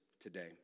today